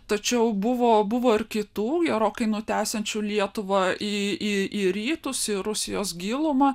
tačiau buvo buvo ir kitų gerokai nutęsiančiu lietuvą į rytus į rusijos gilumą